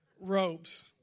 robes